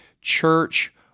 church